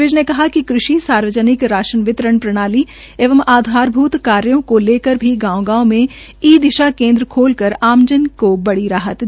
विज ने कहा कि कृषि सार्वजनिक राशन वितरण प्रणाली एवं आधारभूत कार्यो को लेकर भी गांव गांव में ई दिशा केन्द्र खोलकर आमजन को बड़ी राहत दी है